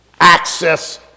access